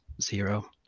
zero